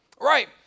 Right